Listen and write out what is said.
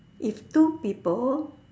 if two people